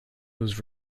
was